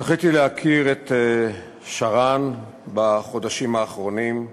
זכיתי להכיר את שרן בחודשים האחרונים,